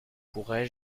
pourrais